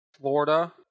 Florida